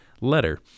letter